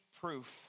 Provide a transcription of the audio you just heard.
proof